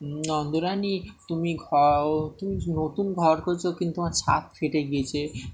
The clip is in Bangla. নন্দুরানী তুমি ঘ তুমি নতুন ঘর করছো কিন্তু তোমার ছাদ ফেটে গিয়েছে